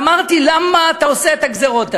אמרתי: למה אתה עושה את הגזירות האלה?